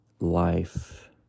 life